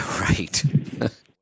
Right